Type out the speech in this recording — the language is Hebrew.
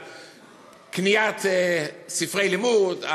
מבקשים את זה על קניית ספרי לימוד,